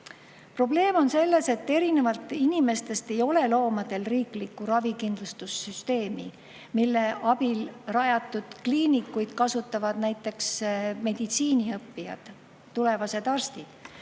Probleem on selles, et erinevalt inimestest ei ole loomadel riiklikku ravikindlustussüsteemi, mille abil rajatud kliinikuid kasutavad näiteks meditsiiniõppijad, tulevased arstid.